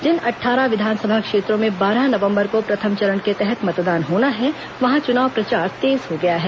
जिन अट्ठारह विधानसभा क्षेत्रों में बारह नवंबर को प्रथम चरण के तहत मतदान होना है वहां चुनाव प्रचार तेज हो गया है